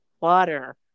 water